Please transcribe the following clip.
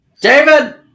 David